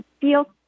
feel